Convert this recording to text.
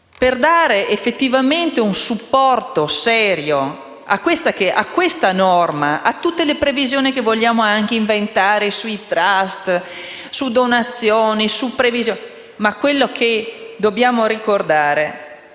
Per dare effettivamente un supporto serio a questa norma e a tutte le previsioni che vogliamo inventare sui *trust* o sulle donazioni, quello che dobbiamo ricordare